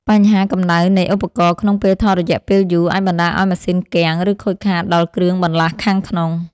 បញ្ហាកម្ដៅនៃឧបករណ៍ក្នុងពេលថតរយៈពេលយូរ អាចបណ្ដាលឱ្យម៉ាស៊ីនគាំង ឬខូចខាតដល់គ្រឿងបន្លាស់ខាងក្នុង។